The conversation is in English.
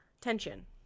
tension